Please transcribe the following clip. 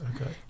okay